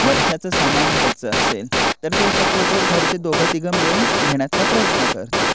वर्षाचं सामान घ्यायचं असेल तर ते शक्यतो घरचे दोघं तिघं मिळून घेण्याचा प्रयत्न करतात